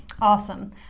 Awesome